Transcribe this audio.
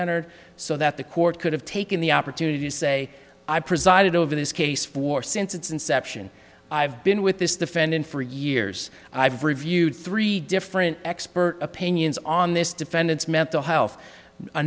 entered so that the court could have taken the opportunity to say i presided over this case for since its inception i've been with this defendant for years i've reviewed three different expert opinions on this defendant's mental health a